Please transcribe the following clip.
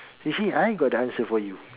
you see I got the answer for you